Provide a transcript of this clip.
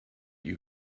you